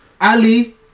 Ali